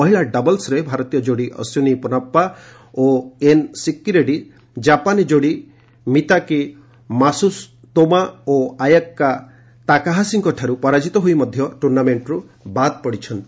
ମହିଳା ଡବଲ୍ସରେ ଭାରତୀୟ ଯୋଡ଼ି ଅଶ୍ୱିନୀ ପୋନାସ୍ୱା ଓ ଏନ୍ ସିକ୍କି ରେଡ୍ରୀ ଜାପାନୀ ଯୋଡ଼ି ମିତାକି ମାସୁତୋମୋ ଓ ଆୟାକା ତାକାହାସିଙ୍କଠାରୁ ପରାଜିତ ହୋଇ ମଧ୍ୟ ଟୁର୍ଣ୍ଣାମେଣ୍ଟରୁ ବାଦ ପଡ଼ିଛନ୍ତି